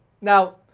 Now